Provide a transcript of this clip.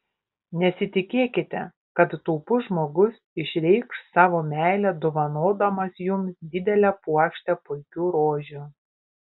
nesitikėkite kad taupus žmogus išreikš savo meilę dovanodamas jums didelę puokštę puikių rožių